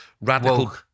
radical